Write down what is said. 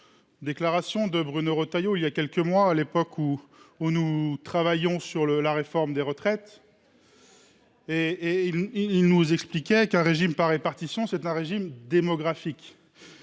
déclaration de Bruno Retailleau. Voilà quelques mois, à l’époque où nous travaillions sur la réforme des retraites, celui ci expliquait :« Un régime par répartition est un régime démographique